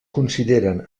consideren